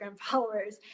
followers